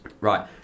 Right